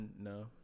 No